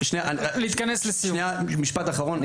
משפט אחרון.